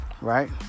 right